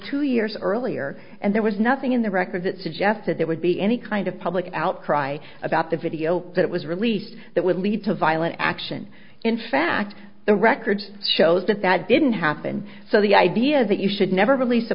two years earlier and there was nothing in the record that suggested there would be any kind of public outcry about the video that was released that would lead to violent action in fact the record shows that that didn't happen so the idea that you should never relea